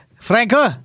Franco